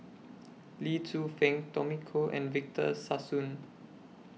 Lee Tzu Pheng Tommy Koh and Victor Sassoon